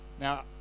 Now